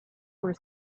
were